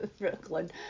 Brooklyn